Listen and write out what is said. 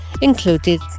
included